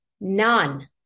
none